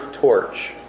torch